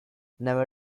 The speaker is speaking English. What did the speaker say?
never